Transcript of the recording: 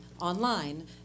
online